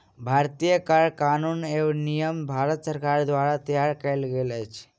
भारतीय कर कानून एवं नियम भारत सरकार द्वारा तैयार कयल गेल अछि